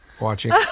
watching